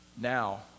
now